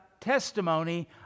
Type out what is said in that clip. testimony